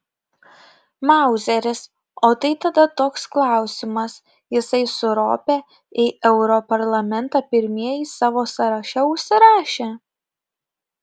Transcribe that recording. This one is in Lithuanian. mauzeris o tai tada toks klausimas jisai su rope į europarlamentą pirmieji savo sąraše užsirašę